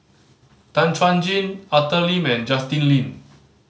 Tan Chuan Jin Arthur Lim and Justin Lean